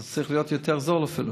אז זה צריך להיות יותר זול אפילו.